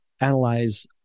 analyze